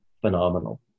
phenomenal